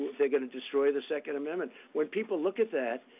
they're going to destroy the second amendment. when people look at that,